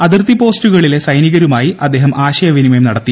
അതിർത്തി പോസ്റ്റുകളിലെ സൈനികരുമായി അദ്ദേഹം ആശയവിനിമയം നടത്തി